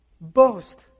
Boast